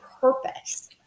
purpose